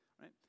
right